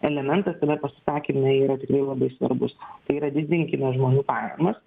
elementas tame pasisakyme yra labai svarbus tai yra didinkime žmonių pajamas